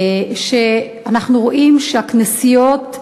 ואנחנו רואים שהכנסיות,